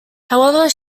however